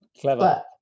Clever